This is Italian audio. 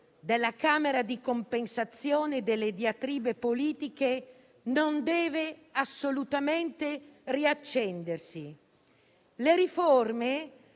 della camera di compensazione delle diatribe politiche non deve assolutamente riaccendersi. Le riforme